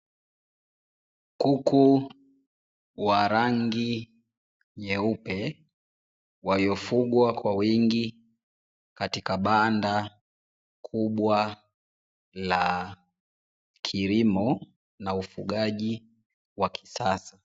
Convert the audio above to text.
Kuku wa rangi nyeupe waliofugwa kwa wingi katika banda kubwa la kilimo na ufugaji wa kisasa.